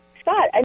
Scott